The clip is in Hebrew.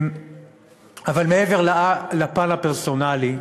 אבל מעבר לפן הפרסונלי,